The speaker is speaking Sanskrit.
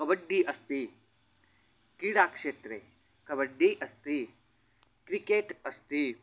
कबड्डि अस्ति क्रीडा क्षेत्रे कबड्डि अस्ति क्रिकेट् अस्ति